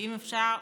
אם אפשר,